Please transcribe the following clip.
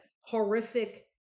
horrific